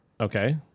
Okay